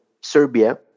Serbia